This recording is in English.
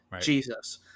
Jesus